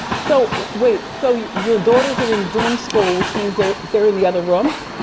so, wait, so your your daughters are in zoom school, which means they're they're in the other room?